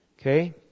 Okay